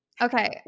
Okay